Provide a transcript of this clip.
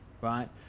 right